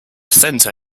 center